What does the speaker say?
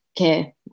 okay